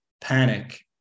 panic